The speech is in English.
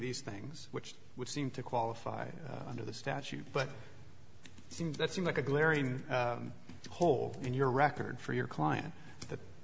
these things which would seem to qualify under the statute but it seems that seem like a glaring hole in your record for your client th